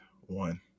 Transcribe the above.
one